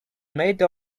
made